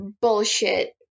bullshit